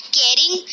caring